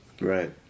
Right